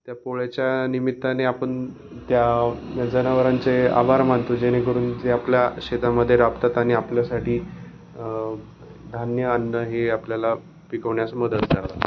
त्या पोळ्याच्या निमित्ताने आपण त्या जनावरांचे आभार मानतो जेणेकरून ते आपल्या शेतामध्ये राबतात आणि आपल्यासाठी धान्य अन्न हे आपल्याला पिकवण्यास मदत करतात